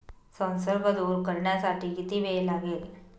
संसर्ग दूर करण्यासाठी किती वेळ लागेल?